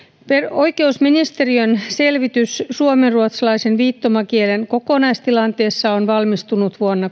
oikeusministeriön selvitys suomenruotsalaisen viittomakielen kokonaistilanteesta on valmistunut vuonna